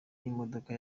y’imodoka